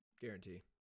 Guarantee